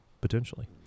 potentially